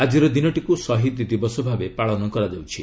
ଆଜିର ଦିନଟିକୁ ଶହୀଦ୍ ଦିବସ ଭାବେ ପାଳନ କରାଯାଉଛି